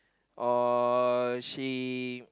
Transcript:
or she